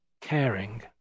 caring